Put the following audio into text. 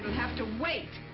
have to wait.